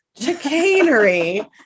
chicanery